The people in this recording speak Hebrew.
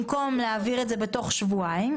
במקום להעביר את זה בתוך שבועיים,